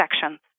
sections